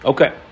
Okay